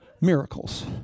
Miracles